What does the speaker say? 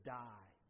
die